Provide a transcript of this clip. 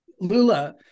Lula